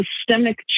systemic